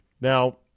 Now